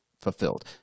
fulfilled